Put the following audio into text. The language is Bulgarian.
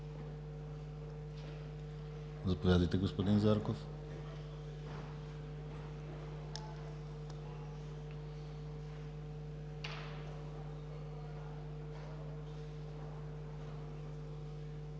Заповядайте, господин Зарков.